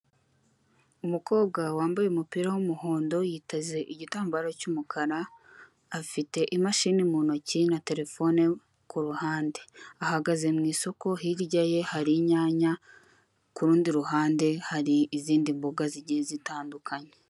Umukobwa wambaye umupira w'umuhondo yiteze igitambaro cy'umukara afite imashini mu ntoki na terefone kuruhande, ahagaze mu isoko hirya ye hari inyanya kurundi ruhande hari izindi mboga zigiye zitandukanye.